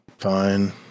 Fine